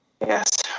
Yes